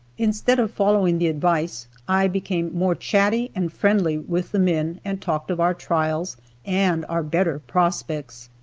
instead of following the advice, i became more chatty and friendly with the men and talked of our trials and our better prospects.